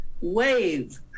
wave